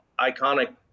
iconic